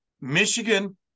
Michigan